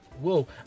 Whoa